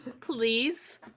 please